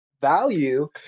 value